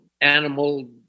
animal